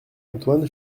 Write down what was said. antoine